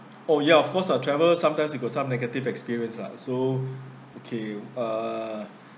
oh ya of course ah travel sometimes you got some negative experience lah so okay uh